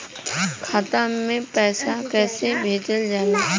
खाता में पैसा कैसे भेजल जाला?